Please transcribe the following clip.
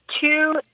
two